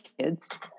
kids